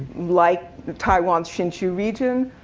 like taiwan's hsinchu region,